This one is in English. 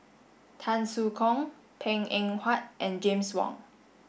Tan Soo Khoon Png Eng Huat and James Wong